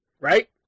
right